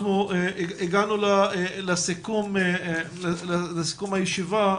אנחנו הגענו לסיכום הישיבה,